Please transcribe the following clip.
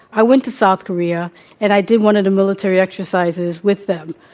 i went to south korea and i did one of the military exercises with them,